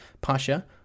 Pasha